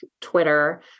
Twitter